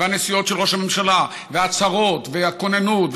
והנסיעות של ראש הממשלה וההצהרות והכוננות,